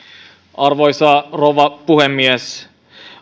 arvoisa rouva puhemies